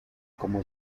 cómo